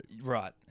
Right